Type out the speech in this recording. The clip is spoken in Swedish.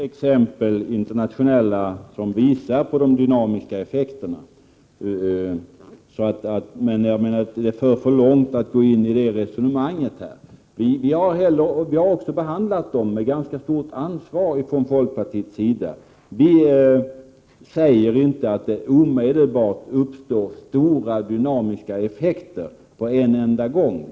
Herr talman! Det finns internationella exempel som visar de dynamiska effekterna. Men att här gå in i det resonemanget skulle bli alltför omfattande. Vi har också från folkpartiets sida behandlat de dynamiska effekterna med ganska stort ansvar. Vi säger inte att det omedelbart uppstår stora, dynamiska effekter på en enda gång.